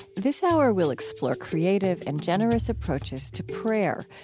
this hour, we'll explore creative and generous approaches to prayer,